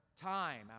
time